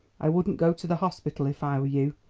i wouldn't go to the hospital if i were you.